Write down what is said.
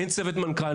אין צוות מנכ״לים,